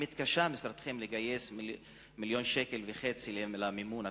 2. האם התקשה משרדכם לגייס מיליון וחצי ש"ח למימון התוכנית?